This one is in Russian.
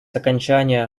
окончания